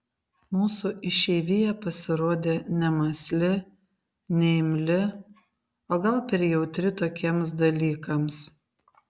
mūsų išeivija pasirodė nemąsli neimli o gal per jautri tokiems dalykams